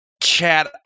Chat